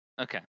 Okay